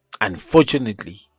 unfortunately